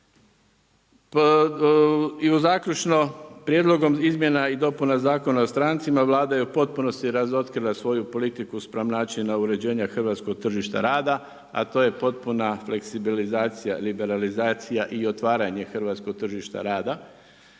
I zaključno, prijedlogom izmjena i dopuna Zakona o strancima, Vlada je u potpunosti razotkrila svoju politiku spram načina uređenja hrvatskog tržišta rada, a to je potpuna fleksibilizacija, liberalizacija i otvaranje hrvatskog tržišta rada